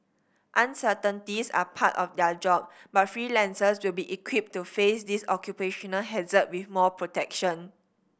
uncertainties are part of their job but freelancers will be equipped to face this occupational hazard with more protection